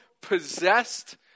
possessed